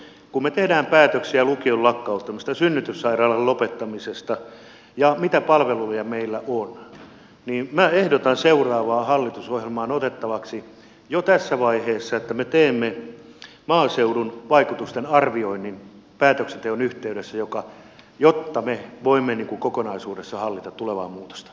kun me teemme päätöksiä lukion lakkauttamisesta synnytyssairaalan lopettamisesta ja mitä palveluja meillä on niin minä ehdotan seuraavaan hallitusohjelmaan otettavaksi jo tässä vaiheessa että me teemme maaseudun vaikutusten arvioinnin päätöksenteon yhteydessä jotta me voimme kokonaisuudessaan hallita tulevaa muutosta